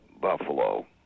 buffalo